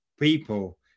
people